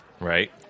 Right